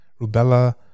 rubella